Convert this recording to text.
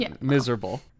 miserable